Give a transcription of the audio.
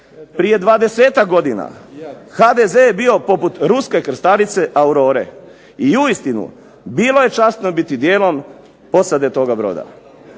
Prije 20-ak godina HDZ je bio poput ruske krstarice Aurore, i uistinu bilo je časno biti dijelom posade toga broda.